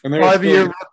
Five-year